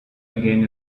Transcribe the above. again